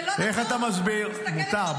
זה לא נכון, תסתכל --- מותר.